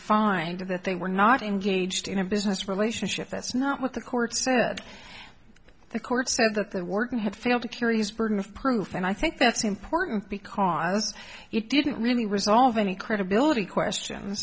find that they were not engaged in a business relationship that's not what the court said the court said that the working had failed to terry's burden of proof and i think that's important because it didn't really resolve any credibility question